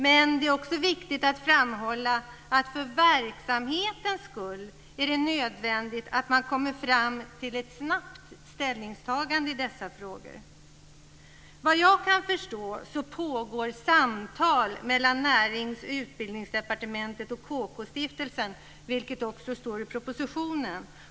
Men det är också viktigt att framhålla att för verksamhetens skull är det nödvändigt att man kommer fram till ett snabbt ställningstagande i dessa frågor. Vad jag kan förstå pågår samtal mellan Näringsdepartementet, Utbildningsdepartementet och KK stiftelsen, vilket också står i propositionen.